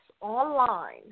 online